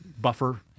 buffer